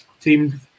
team